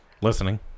listening